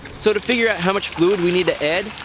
so to figure out how much fluid we need to add,